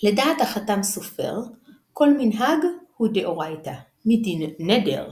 לדעת החת"ם סופר כל מנהג הוא דאורייתא מדין נדר.